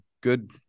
good